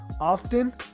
often